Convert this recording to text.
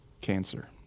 cancer